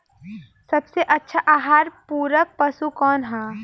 सबसे अच्छा आहार पूरक पशु कौन ह?